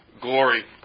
glory